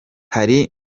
hari